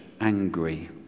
angry